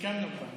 סיכמנו כבר.